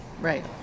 right